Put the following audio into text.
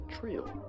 trill